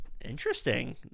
interesting